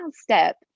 step